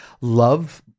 love